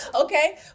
Okay